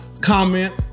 comment